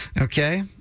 Okay